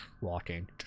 walking